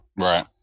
right